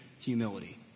humility